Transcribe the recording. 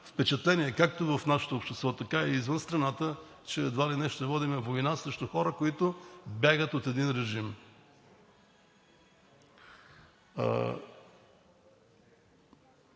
впечатление както в нашето общество, така и извън страната, че едва ли не ще водим война срещу хора, които бягат от един режим.